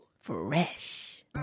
Fresh